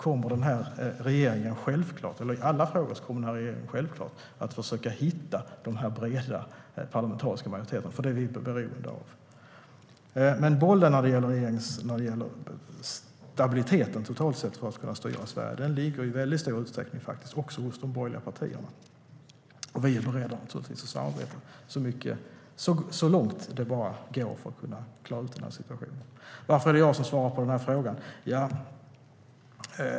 Men regeringen kommer självklart att försöka hitta en bred parlamentarisk majoritet i alla frågor, för det är vi beroende av. Bollen för att få stabilitet att kunna styra Sverige ligger i stor utsträckning också hos de borgerliga partierna, och vi är givetvis beredda att samarbeta så långt det går för att klara ut denna situation. Varför är det jag som svarar på interpellationen?